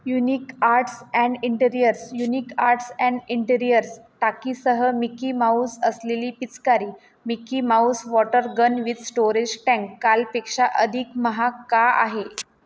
unique arts and interiors unique arts and interiors टाकीसह Mickey Mouse असलेली पिचकारी Mickey Mouse water gun with storage tank कालपेक्षा अधिक महाग का आहे